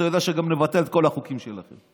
אתה יודע שגם נבטל את כל החוקים שלכם,